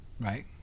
right